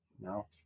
No